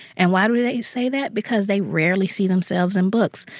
and why do they say that? because they rarely see themselves in books.